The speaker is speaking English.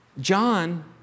John